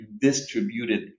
distributed